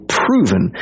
proven